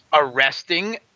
arresting